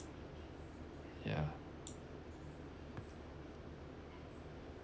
yeah